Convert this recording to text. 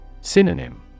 Synonym